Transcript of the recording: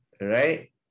right